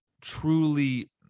truly